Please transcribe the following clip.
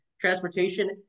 Transportation